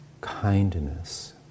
kindness